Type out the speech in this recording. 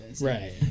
Right